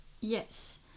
Yes